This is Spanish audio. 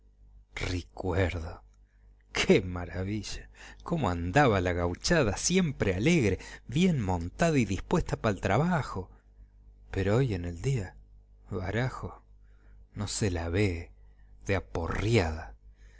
ricuerdo qué maravilla cómo andaba la gauchada siempre alegre y bien montada y dispuesta pa el trabajo pero hoy en día barajo no se la ve de aporriada